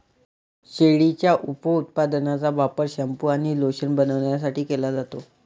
शेळीच्या उपउत्पादनांचा वापर शॅम्पू आणि लोशन बनवण्यासाठी केला जातो